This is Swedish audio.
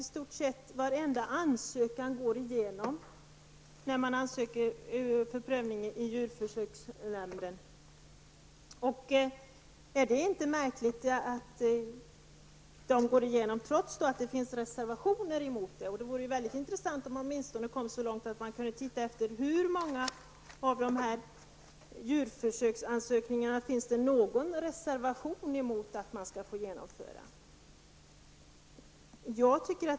I stort sett varenda ansökan om prövning i djurförsöksnämnden går igenom, trots att det finns reservationer. Är inte detta märkligt? Det vore bra om man kom så långt att man åtminstone undersökte hur många av djurförsöksansökningarna som det finns reservationer emot.